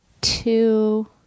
Two